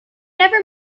never